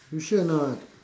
you sure or not